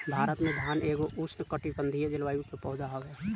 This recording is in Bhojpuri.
भारत में धान एगो उष्णकटिबंधीय जलवायु के पौधा हवे